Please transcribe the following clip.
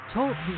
Talk